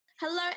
Hello